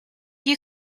you